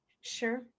Sure